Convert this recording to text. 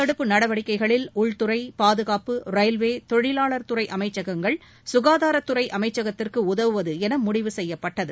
தடுப்பு நடவடிக்கைகளில் உள்துறை பாதுகாப்பு ரயில்வே தொழிலாளர் நோய் துறை அமைச்சகங்கள் சுகாதாரத்துறை அமைச்சகத்திற்கு உதவுவது என முடிவு செய்யப்பட்டது